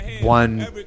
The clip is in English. one